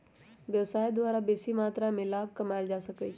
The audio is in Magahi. व्यवसाय द्वारा बेशी मत्रा में लाभ कमायल जा सकइ छै